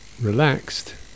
relaxed